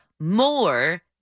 more